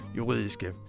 juridiske